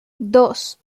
dos